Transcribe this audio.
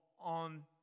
on